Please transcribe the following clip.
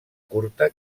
curta